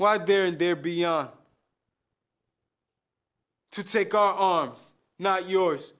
why they're there be to take our arms not yours